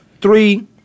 three